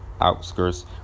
outskirts